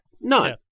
none